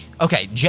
okay